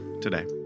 today